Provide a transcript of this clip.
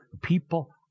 People